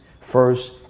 First